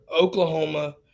Oklahoma